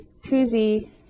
2z